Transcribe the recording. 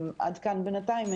עד כאן בינתיים.